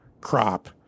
crop